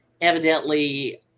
evidently